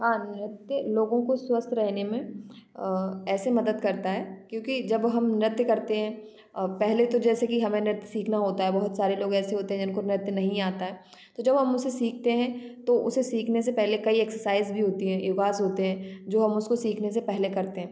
हाँ नृत्य लोगों को स्वस्थ रहने में ऐसे मदद करता है क्योंकि जब हम नृत्य करते हैं पहले तो जैसे कि हमें नृत्य सीखना होता है बहुत सारे लोग ऐसे होते हैं जिनको नृत्य नहीं आता है तो जब हम उसे सीखते हैं तो उसे सीखने से पहले कई एक्सरसाइज़ भी होती है योगाज़ होते हैं जो हम उसको सीखने से पहले करते हैं